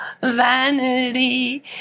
vanity